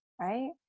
right